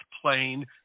plane